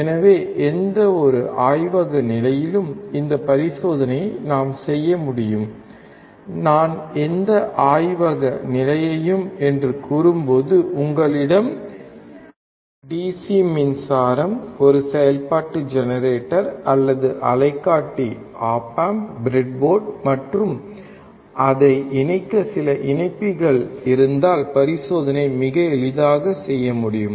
எனவே எந்தவொரு ஆய்வக நிலையிலும் இந்தப் பரிசோதனையை நாம் செய்ய முடியும் நான் எந்த ஆய்வக நிலையையும் என்று கூறும்போது உங்களிடம் டிசி மின்சாரம் ஒரு செயல்பாட்டு ஜெனரேட்டர் அல்லது அலைக்காட்டி ஒப் ஆம்ப் பிரட்போர்டு மற்றும் அதை இணைக்கச் சில இணைப்பிகள் இருந்தால் பரிசோதனையை மிக எளிதாகச் செய்ய முடியும்